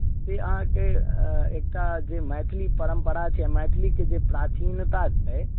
से अहाँके एकटा जे मैथिली परम्परा छै मैथिलीके जे प्राचीनता छै